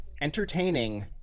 entertaining